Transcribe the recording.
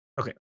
Okay